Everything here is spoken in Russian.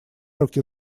руки